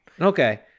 Okay